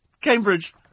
Cambridge